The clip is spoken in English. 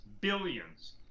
Billions